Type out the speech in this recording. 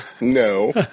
no